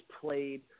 played